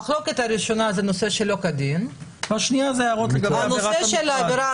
המחלוקת הראשונה זה הנושא של "שלא כדין" והשנייה היא לגבי נושא עבירת